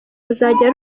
ruzajya